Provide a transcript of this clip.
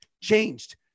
changed